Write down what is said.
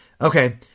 Okay